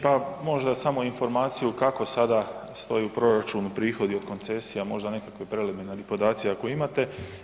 Pa možda samo informaciju kako sada stoje u proračunu prihodi od koncesije, a možda nekakvi preliminarni podaci ako imate.